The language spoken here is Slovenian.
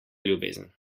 ljubezen